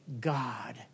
God